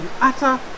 utter